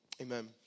Amen